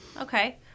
Okay